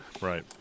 right